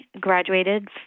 graduated